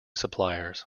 suppliers